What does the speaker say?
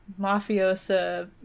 mafiosa